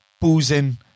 boozing